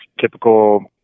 typical